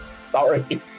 sorry